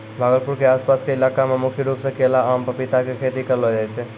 भागलपुर के आस पास के इलाका मॅ मुख्य रूप सॅ केला, आम, पपीता के खेती करलो जाय छै